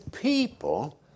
people